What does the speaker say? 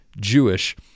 Jewish